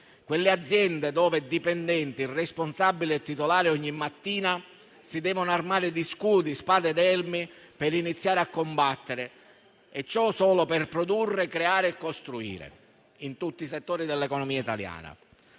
Quelle aziende dove dipendenti, responsabile e titolare ogni mattina si devono armare di scudi, spade ed elmi per iniziare a combattere e ciò solo per produrre, creare e costruire in tutti i settori dell'economia italiana.